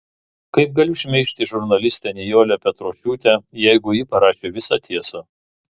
kaip galiu šmeižti žurnalistę nijolę petrošiūtę jeigu ji parašė visą tiesą